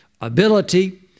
ability